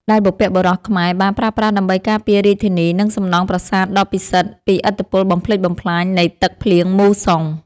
ដែលបុព្វបុរសខ្មែរបានប្រើប្រាស់ដើម្បីការពាររាជធានី និងសំណង់ប្រាសាទដ៏ពិសិដ្ឋពីឥទ្ធិពលបំផ្លិចបំផ្លាញនៃទឹកភ្លៀងមូសុង។